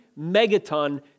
megaton